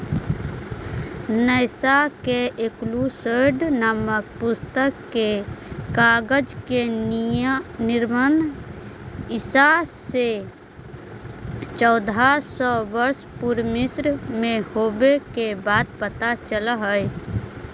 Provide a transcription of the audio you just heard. नैश के एकूसोड्स् नामक पुस्तक से कागज के निर्माण ईसा से चौदह सौ वर्ष पूर्व मिस्र में होवे के बात पता चलऽ हई